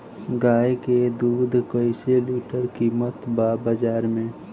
गाय के दूध कइसे लीटर कीमत बा बाज़ार मे?